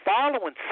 following